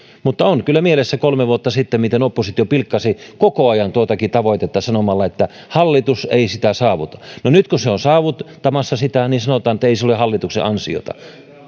mutta on kyllä mielessä kolme vuotta sitten pilkkasi koko ajan tuotakin tavoitetta sanomalla että hallitus ei sitä saavuta no nyt kun se on saavuttamassa sitä sanotaan että ei se ole hallituksen ansiota